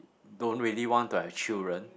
don't really want to have children